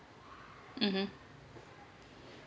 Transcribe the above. mmhmm